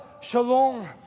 Shalom